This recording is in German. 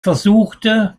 versuchte